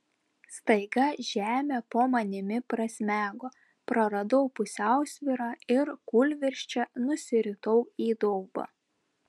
staiga žemė po manimi prasmego praradau pusiausvyrą ir kūlvirsčia nusiritau į daubą